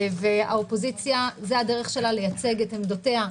האופוזיציה זו דרכה לייצג את עמדותיה,